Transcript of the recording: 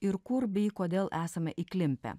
ir kur bei kodėl esame įklimpę